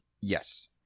Yes